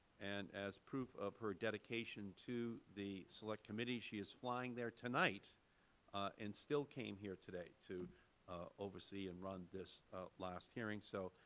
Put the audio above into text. and as proof of her dedication to the select committee, she is flying there tonight and still came here today to oversee and run this last hearing. so,